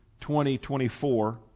2024